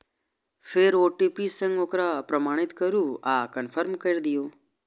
फेर ओ.टी.पी सं ओकरा प्रमाणीकृत करू आ कंफर्म कैर दियौ